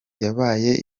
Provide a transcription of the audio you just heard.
yabaye